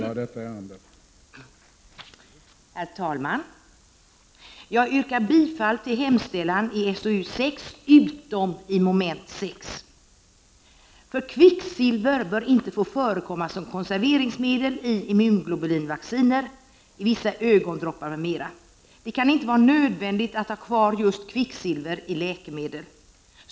Herr talman! Jag yrkar bifall till hemställan i socialutskottets betänkande 6, utom beträffande moment 6, för kvicksilver bör inte få förekomma som konserveringsmedel i immunglobulinvacciner, i vissa ögondroppar m.m. Det kan inte vara nödvändigt att ha kvar just kvicksilver i läkemedel.